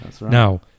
Now